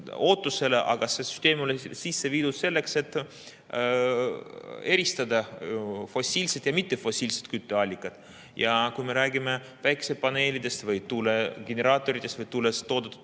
ootusele, aga see süsteem on sisse viidud selleks, et eristada fossiilset ja mittefossiilset kütteallikat. Ja kui me räägime päikesepaneelidest või tuulegeneraatoritest või tuulest toodetud